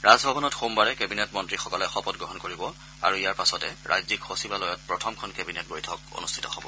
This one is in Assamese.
ৰাজভৱনত সোমবাৰে কেবিনেট মন্ত্ৰীসকলে শপত গ্ৰহণ কৰিব আৰু ইয়াৰ পাছতে ৰাজ্যিক সচিবালয়ত প্ৰথমখন কেবিনেট বৈঠক অনুষ্ঠিত হ'ব